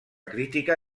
crítica